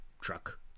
truck